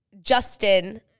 Justin